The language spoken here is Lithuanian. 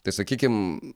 tai sakykim